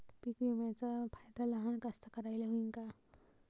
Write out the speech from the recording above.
पीक विम्याचा फायदा लहान कास्तकाराइले होईन का?